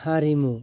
हारिमु